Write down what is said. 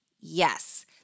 yes